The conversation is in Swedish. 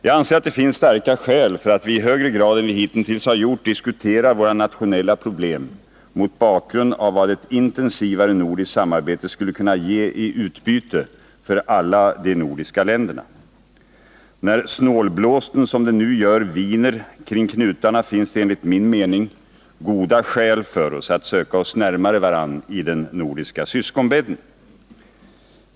Jag anser att det finns starka skäl för att vi i högre grad än vi hitintills har gjort diskuterar våra nationella problem mot bakgrund av vad ett intensivare nordiskt samarbete skulle kunna ge i utbyte för alla de nordiska länderna. När snålblåsten, som den nu gör, viner kring knutarna finns det enligt min mening goda skäl för oss att söka oss närmare varann i den nordiska syskonbädden.